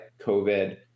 COVID